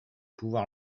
pouvoirs